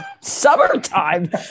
Summertime